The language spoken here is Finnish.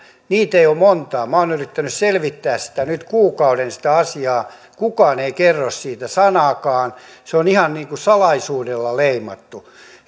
niitä ei ole montaa minä olen yrittänyt selvittää nyt kuukauden sitä asiaa kukaan ei kerro siitä sanaakaan se on ihan niin kuin salaisuudella leimattu